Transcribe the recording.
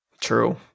True